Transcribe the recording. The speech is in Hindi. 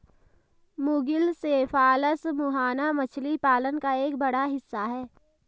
मुगिल सेफालस मुहाना मछली पालन का एक बड़ा हिस्सा है